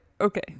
okay